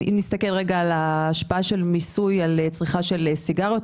אם נסתכל על ההשפעה של מיסוי על צריכה של סיגריות,